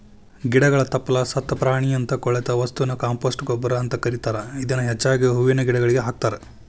ಗಿಡಗಳ ತಪ್ಪಲ, ಸತ್ತ ಪ್ರಾಣಿಯಂತ ಕೊಳೆತ ವಸ್ತುನ ಕಾಂಪೋಸ್ಟ್ ಗೊಬ್ಬರ ಅಂತ ಕರೇತಾರ, ಇದನ್ನ ಹೆಚ್ಚಾಗಿ ಹೂವಿನ ಗಿಡಗಳಿಗೆ ಹಾಕ್ತಾರ